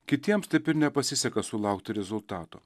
kitiems taip ir nepasiseka sulaukti rezultatų